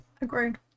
Agreed